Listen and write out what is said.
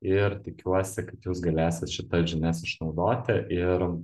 ir tikiuosi kad jūs galėsit šitas žinias išnaudoti ir